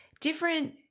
different